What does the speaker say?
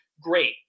great